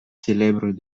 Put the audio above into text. célèbre